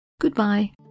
Goodbye